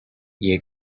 you